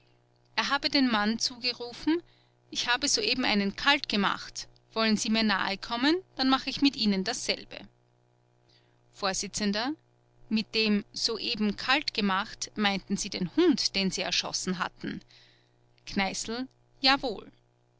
er habe dem mann zugerufen ich habe soeben einen kaltgemacht wenn sie mir nahekommen dann mache ich mit ihnen dasselbe vors mit dem soeben kalt gemacht meinten sie den hund den sie erschossen hatten kneißl jawohl